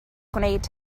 gwneud